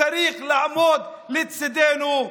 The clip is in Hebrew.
צריך לעמוד לצידנו.